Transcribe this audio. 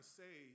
say